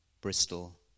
Bristol